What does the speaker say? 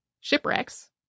shipwrecks